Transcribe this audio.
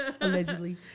Allegedly